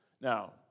Now